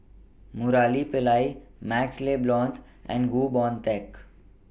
Murali Pillai MaxLe Blond and Goh Boon Teck